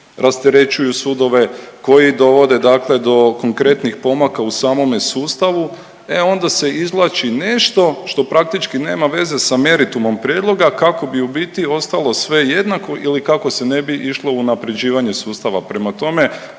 rasterećuju sudove, koji dovode do konkretnih pomaka u samome sustavu, e onda se izvlači nešto što praktički nema veze sa meritumom prijedloga kako bi u biti ostalo sve jednako ili kako se ne bi išlo u unapređivanje sustava.